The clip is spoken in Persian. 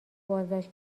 بازداشت